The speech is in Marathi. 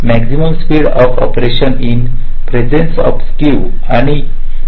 maximum speed of operation in presence of skew आणि जिटर